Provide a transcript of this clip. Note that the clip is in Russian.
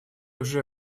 уже